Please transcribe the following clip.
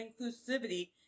inclusivity